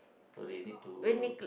already too